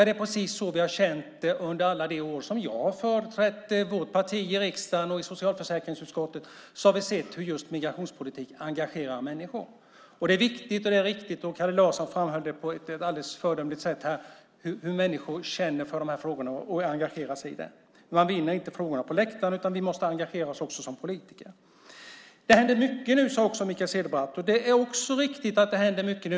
Det är precis så vi har känt det. Under alla år som jag har företrätt vårt parti i riksdagen och i socialförsäkringsutskottet har vi sett hur migrationspolitik engagerar människor. Det är viktigt och riktigt. Kalle Larsson framhöll på ett alldeles föredömligt sätt hur människor känner för de här frågorna och engagerar sig i dem. Man vinner inte frågorna på läktaren. Vi måste också engagera oss som politiker. Det händer mycket nu, sade Mikael Cederbratt. Det är också riktigt att det händer mycket.